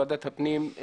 ועדת הפנים,